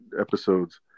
episodes